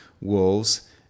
wolves